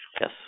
Yes